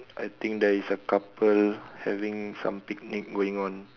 I think there is a couple having some picnic going on